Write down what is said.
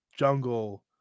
jungle